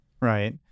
right